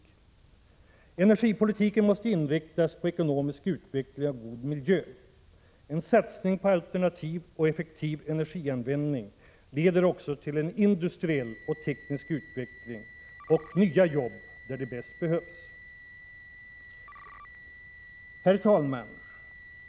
e Energipolitiken måste inriktas på ekonomisk utveckling och god miljö. En satsning på alternativ och effektiv energianvändning leder också till en industriell och teknisk utveckling och nya jobb där de bäst behövs. Herr talman!